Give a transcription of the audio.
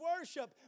worship